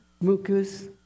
mucus